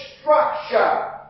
structure